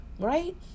right